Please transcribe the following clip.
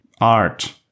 art